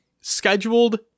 scheduled